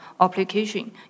application